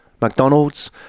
mcdonald's